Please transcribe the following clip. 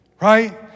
Right